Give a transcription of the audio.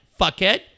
fuckhead